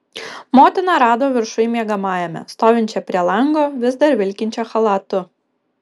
motiną rado viršuj miegamajame stovinčią prie lango vis dar vilkinčią chalatu